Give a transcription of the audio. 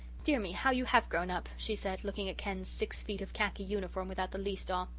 dear me, how you have grown up, she said, looking at ken's six feet of khaki uniform without the least awe.